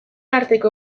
arteko